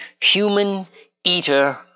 human-eater